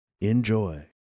Enjoy